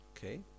Okay